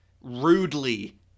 rudely